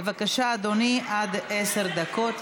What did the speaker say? בבקשה, אדוני, עד עשר דקות לרשותך.